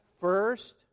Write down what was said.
first